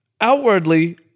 outwardly